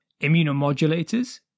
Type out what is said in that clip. Immunomodulators